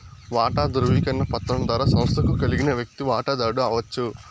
వాటా దృవీకరణ పత్రం ద్వారా సంస్తకు కలిగిన వ్యక్తి వాటదారుడు అవచ్చు